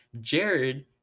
Jared